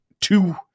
two